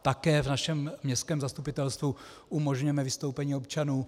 Také v našem městském zastupitelstvu umožňujeme vystoupení občanů.